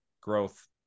growth